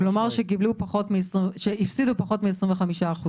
שהפסידו פחות מ-25%.